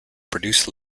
produce